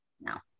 Now